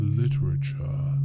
literature